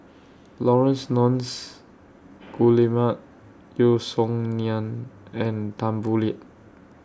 Laurence Nunns Guillemard Yeo Song Nian and Tan Boo Liat